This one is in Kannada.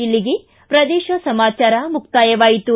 ಇಲ್ಲಿಗೆ ಪ್ರದೇಶ ಸಮಾಚಾರ ಮುಕ್ತಾಯವಾಯಿತು